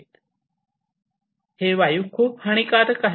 पण हे वायू खूप हानिकारक वायू आहेत